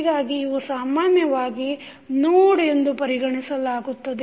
ಹೀಗಾಗಿ ಇವು ಸಾಮಾನ್ಯವಾಗಿ ನೋಡ್ ಎಂದು ಪರಿಗಣಿಸಲಾಗುತ್ತದೆ